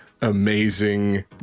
amazing